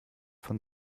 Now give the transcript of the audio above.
von